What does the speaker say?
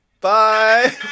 Bye